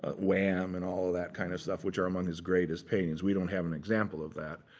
ah wam, and all of that kind of stuff, which are among his greatest paintings. we don't have an example of that.